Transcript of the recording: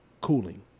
cooling